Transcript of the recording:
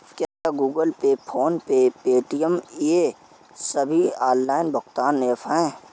क्या Google Pay PhonePe Paytm ये सभी ऑनलाइन भुगतान ऐप हैं?